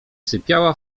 sypiała